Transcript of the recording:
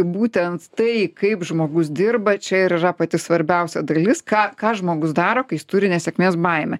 būtent tai kaip žmogus dirba čia ir yra pati svarbiausia dalis ką ką žmogus daro kai jis turi nesėkmės baimę